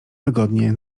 wygodnie